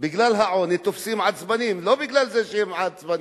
בגלל העוני תופסים עצבים, לא בגלל זה שהם עצבניים,